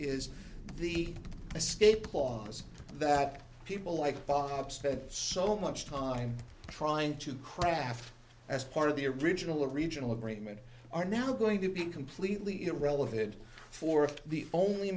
is the escape clause that people like bob spent so much time trying to craft as part of the original original agreement are now going to be completely irrelevant for the only